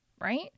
right